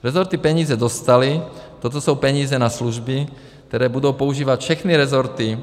Rezorty peníze dostaly, toto jsou peníze na služby, které budou používat všechny rezorty.